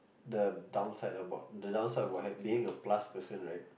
the downside about the downside of what being a plus person right